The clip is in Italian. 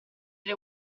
tre